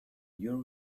your